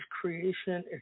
creation